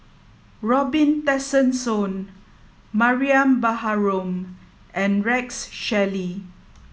Robin Tessensohn Mariam Baharom and Rex Shelley